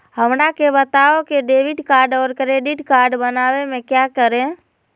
हमरा के बताओ की डेबिट कार्ड और क्रेडिट कार्ड बनवाने में क्या करें?